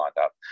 up